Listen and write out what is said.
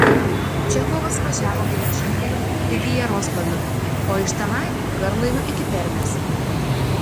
čechovas važiavo geležinkeliu iki jaroslavlio o iš tenai garlaiviu iki permės